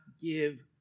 give